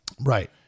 Right